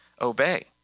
obey